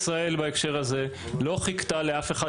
בהקשר הזה משטרת ישראל לא חיכתה לאף אחד